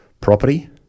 property